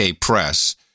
press